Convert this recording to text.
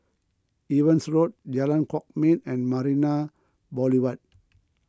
Evans Road Jalan Kwok Min and Marina Boulevard